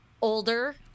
older